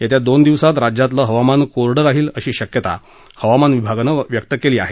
येत्या दोन दिवसात राज्यातलं हवामान कोरडं राहील अशी शक्यता हवामान विभागानं व्यक्त केली आहे